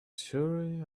surely